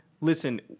Listen